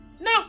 no